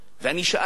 ואני שאלתי: